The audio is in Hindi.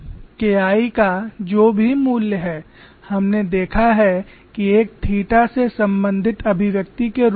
K I का जो भी मूल्य है हमने देखा है कि एक थीटा से संबंधित अभिव्यक्ति के रूप में